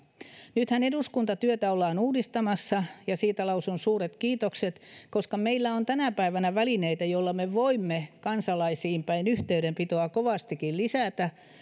nythän eduskuntatyötä ollaan uudistamassa ja siitä lausun suuret kiitokset koska meillä on tänä päivänä välineitä joilla me voimme yhteydenpitoa kansalaisiin päin kovastikin lisätä